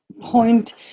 point